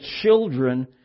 children